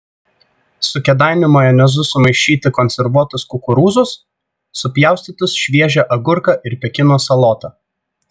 su kėdainių majonezu sumaišyti konservuotus kukurūzus supjaustytus šviežią agurką ir pekino salotą